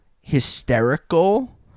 hysterical